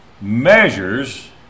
measures